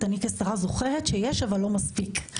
אני כשרה זוכרת שיש אבל לא מספיק,